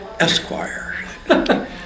Esquire